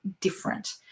different